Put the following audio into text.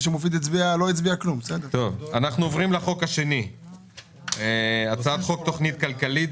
אנחנו עוברים לחוק השני - הצעת חוק תכנית כלכלית.